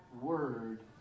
word